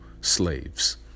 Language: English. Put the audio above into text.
slaves